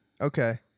Okay